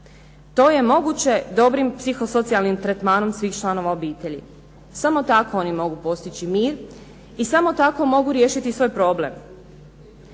To je moguće dobrim psiho socijalnim tretmanom svih članova obitelji. Samo tako oni mogu postići mir i samo tako mogu riješiti svoj problem.